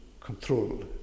control